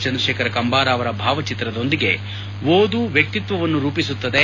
ಚಂದ್ರತೇಖರ್ ಕಂಬಾರ ಅವರ ಭಾವ ಚಿತ್ರದೊಂದಿಗೆ ಓದು ವ್ವಕ್ಷಿತ್ವವನ್ನು ರೂಪಿಸುತ್ತದೆ